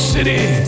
City